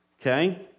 Okay